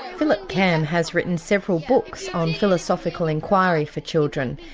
philip cam has written several books on philosophical inquiry for children,